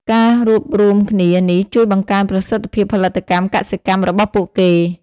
ការរួបរួមគ្នានេះជួយបង្កើនប្រសិទ្ធភាពផលិតកម្មកសិកម្មរបស់ពួកគេ។